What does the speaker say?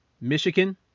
Michigan